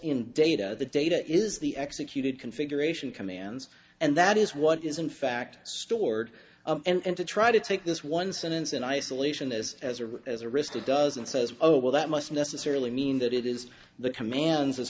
in data the data is the executed configuration commands and that is what is in fact stored and to try to take this one sentence in isolation as as a as a risk a does and says oh well that must necessarily mean that it is the commands as